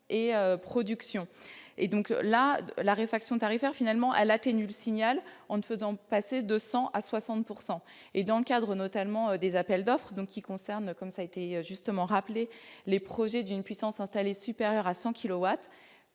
et production et donc la la réflexion tarifaire finalement elle atténue le signal on ne faisant passer de 100 à 60 pourcent et dans le cadre notamment des appels d'offres, donc qui concerne comme ça a été justement rappelé les projets d'une puissance installée supérieurs à 100